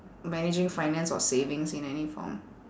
managing finance or savings in any form